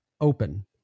open